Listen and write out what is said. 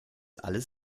alles